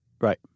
Right